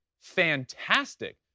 fantastic